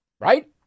Right